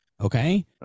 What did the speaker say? Okay